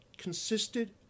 consisted